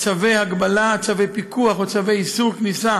צווי הגבלה, צווי פיקוח או צווי איסור כניסה